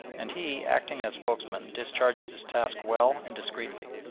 and he, acting as spokesman, discharged his task well and discreetly,